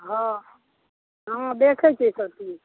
हँ देखए छिऐ सभ चीज